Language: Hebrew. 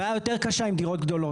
הבעיה היא יותר קשה עם דירות גדולות.